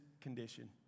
condition